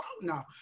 no